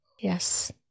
yes